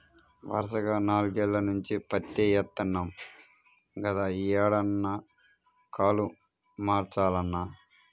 వరసగా నాల్గేల్ల నుంచి పత్తే యేత్తన్నాం గదా, యీ ఏడన్నా కాలు మార్చాలన్నా